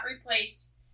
replace